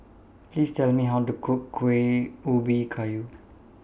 Please Tell Me How to Cook Kueh Ubi Kayu